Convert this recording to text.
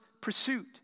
pursuit